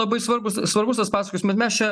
labai svarbus svarbus tas klausimas bet mes čia